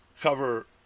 cover